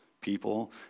people